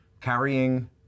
carrying